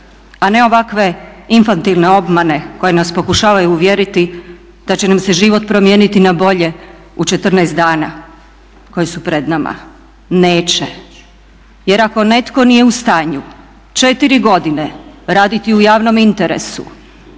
a ne ovakve infantilne obmane koje nas pokušavaju uvjeriti da će nam se život promijeniti na bolje u 14 dana koji su pred nama, neće, jer ako netko nije u stanju četiri godine raditi u javnom interesu